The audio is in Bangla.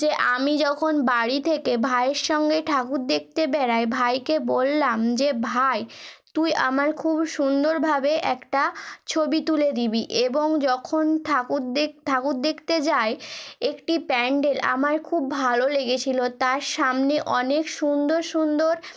যে আমি যখন বাড়ি থেকে ভাইয়ের সঙ্গে ঠাকুর দেখতে বেরোই ভাইকে বললাম যে ভাই তুই আমার খুব সুন্দরভাবে একটা ছবি তুলে দিবি এবং যখন ঠাকুর দেখতে ঠাকুর দেখতে যাই একটি প্যাণ্ডেল আমার খুব ভালো লেগেছিলো তার সামনে অনেক সুন্দর সুন্দর